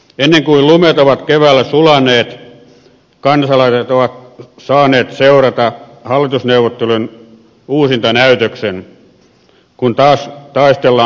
ennen kuin lumet ovat keväällä sulaneet kansalaiset ovat saaneet seurata hallitusneuvottelujen uusintanäytöksen kun taas taistellaan kynnyskysymyksistä